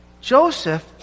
Joseph